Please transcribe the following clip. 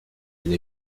une